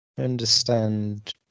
Understand